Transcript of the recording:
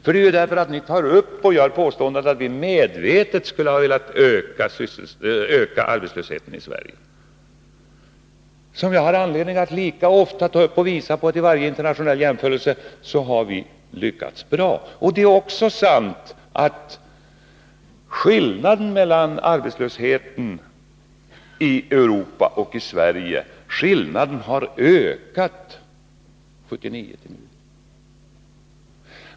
Men det är ju därför att ni så ofta påstår att vi medvetet skulle ha velat öka arbetslösheten i Sverige som jag har anledning att lika ofta visa på att vi vid varje internationell jämförelse har lyckats bättre. Det är också sant att skillnaden mellan arbetslösheten i Europa och arbetslösheten i Sverige har blivit större under perioden från 1979 och fram till nu.